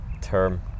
term